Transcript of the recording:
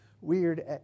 weird